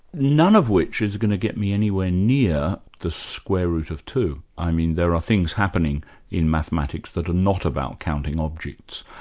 none of which is going to get me anywhere near the square root of two. i mean, there are things happening in mathematics that are not about counting objects,